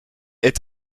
est